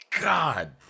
God